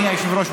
אדוני היושב-ראש,